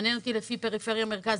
מעניין אותי לפי פריפריה ומרכז,